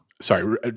Sorry